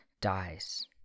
dies